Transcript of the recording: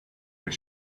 will